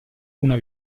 una